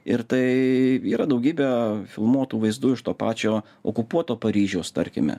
ir tai yra daugybę filmuotų vaizdų iš to pačio okupuoto paryžiaus tarkime